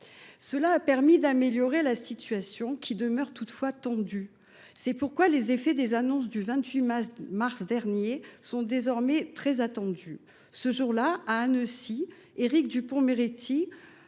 Cela a permis d’améliorer la situation, qui demeure toutefois tendue. C’est pourquoi les effets des annonces du 28 mars dernier sont désormais très attendus. Ce jour là, à Annecy, Éric Dupond Moretti,